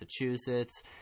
Massachusetts